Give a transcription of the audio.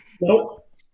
nope